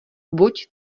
buď